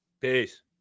peace